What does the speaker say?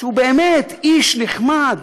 שהוא איש נחמד,